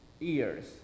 ears